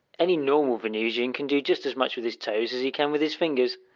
any normal venusian can do just as much with his toes as he can with his fingers!